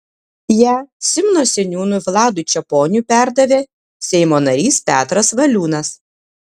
ją simno seniūnui vladui čeponiui perdavė seimo narys petras valiūnas